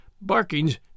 barkings